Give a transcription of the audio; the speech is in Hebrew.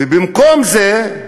ובמקום זה,